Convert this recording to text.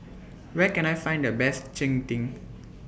Where Can I Find The Best Cheng Tng